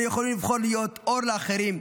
אנו יכולים לבחור להיות אור לאחרים,